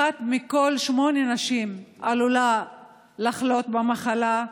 אחת מכל שמונה נשים עלולה לחלות במחלה.